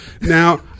Now